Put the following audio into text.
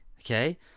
Okay